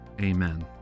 amen